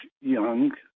young